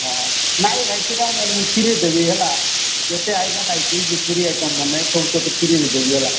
ହଁ ନାଇ ଭାଇ ସେଇଟା ନ ହେଲେ ଫ୍ରିରେ ଦେବି ହେଲା ଯେତେ ଆସିବ ନାଇ କି ଫ୍ରି ଆଇଟମ୍ ମାନେ ସବୁ ତୋତେ ଫ୍ରି ଦେବି ହେଲା